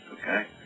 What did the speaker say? okay